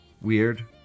Weird